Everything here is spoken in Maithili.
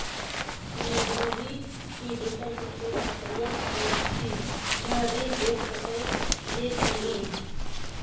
हम निजगही छी, दोसर के खेत बटईया करैत छी, हमरा ऋण भेट सकै ये कि नय?